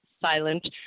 silent